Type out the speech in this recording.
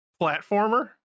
platformer